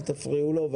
אל תפריעו לו.